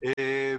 על עצמן.